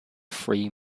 free